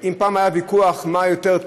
אם פעם היה ויכוח מה יותר,